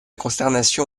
consternation